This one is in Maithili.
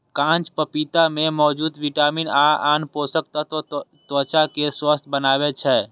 कांच पपीता मे मौजूद विटामिन आ आन पोषक तत्व त्वचा कें स्वस्थ बनबै छै